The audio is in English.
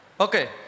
Okay